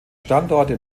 standorte